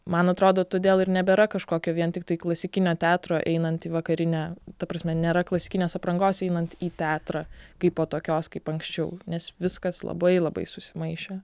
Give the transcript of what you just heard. man atrodo todėl ir nebėra kažkokio vien tiktai klasikinio teatro einant į vakarinę ta prasme nėra klasikinės aprangos einant į teatrą kaipo tokios kaip anksčiau nes viskas labai labai susimaišę